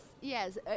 Yes